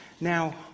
Now